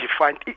defined